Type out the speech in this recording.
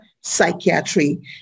Psychiatry